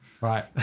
Right